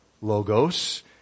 logos